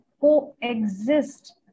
coexist